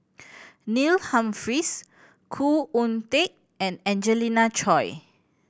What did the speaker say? Neil Humphreys Khoo Oon Teik and Angelina Choy